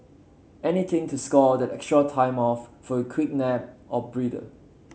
anything to score that extra time off for a quick nap or breather